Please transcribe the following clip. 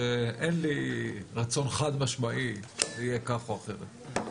שאין לי רצון חד משמעי שיהיה כך או אחרת.